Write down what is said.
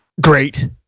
great